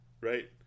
right